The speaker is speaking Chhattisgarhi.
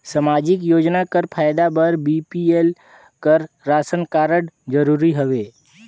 समाजिक योजना कर फायदा बर बी.पी.एल कर राशन कारड जरूरी हवे?